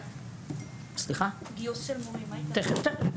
תכף, תכף.